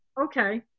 okay